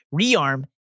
rearm